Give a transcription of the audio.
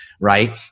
right